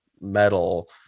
metal